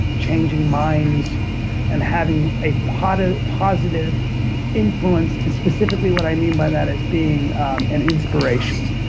changing minds and having a positive positive influence. specifically what i mean by that is being an inspiration.